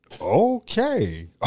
Okay